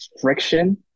friction